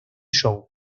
show